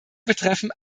betreffen